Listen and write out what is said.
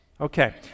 Okay